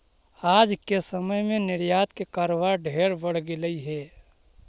आज के समय में निर्यात के कारोबार ढेर बढ़ गेलई हे